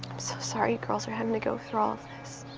so sorry you girls are having to go through all this.